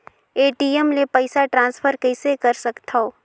ATM ले पईसा transfer कइसे कर सकथव?